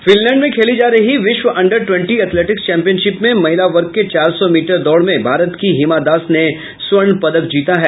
Finland में खेली जा रही विश्व अंडर ट्वेंटी एथलेटिक्स चैंपियनशिप में महिला वर्ग के चार सौ मीटर दौड़ में भारत की हिमा दास ने स्वर्ण पदक जीता है